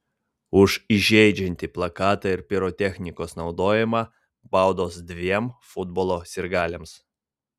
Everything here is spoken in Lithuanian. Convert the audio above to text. už įžeidžiantį plakatą ir pirotechnikos naudojimą baudos dviem futbolo sirgaliams